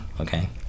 Okay